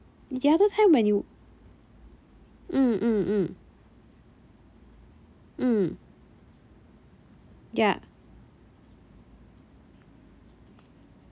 the other time when you mm mm mm mm yeah